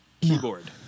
Keyboard